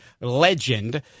legend